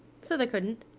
so they couldn't.